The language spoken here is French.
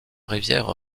rivière